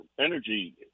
energy